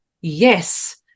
Yes